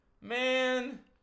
Man